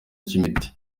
cy’imiti